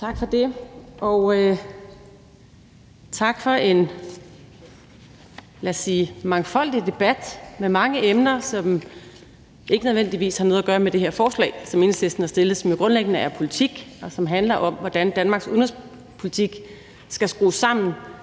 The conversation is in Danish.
Tak for det, og tak for en, lad os sige, mangfoldig debat med mange emner, som ikke nødvendigvis har noget at gøre med det her forslag, som Enhedslisten har fremsat, og som jo grundlæggende er politik, og som handler om, hvordan Danmarks udenrigspolitik skal skrues sammen